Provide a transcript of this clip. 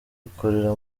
ikorera